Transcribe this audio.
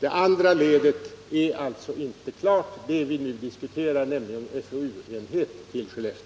det andra ledet, nämligen en FoU-enhet vid Skellefteå som vi nu diskuterar, ännu inte är klart.